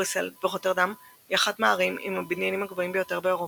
בריסל ורוטרדם היא אחת מהערים עם הבניינים הגבוהים ביותר באירופה.